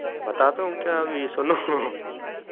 बताता हूँ क्या अभी सुनो